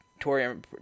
Torian